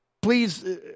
please